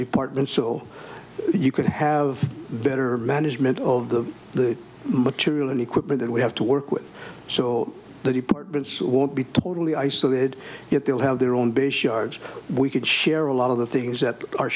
departments so you could have better management of the the material and equipment that we have to work with so the departments won't be totally isolated yet they'll have their own base yards we could share a lot of the things that are